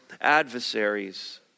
adversaries